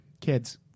kids